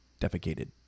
Defecated